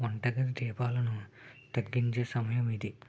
వంటగది దీపాలను తగ్గించే సమయం ఇది